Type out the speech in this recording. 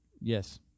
Yes